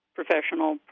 professional